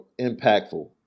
impactful